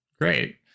great